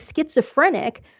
schizophrenic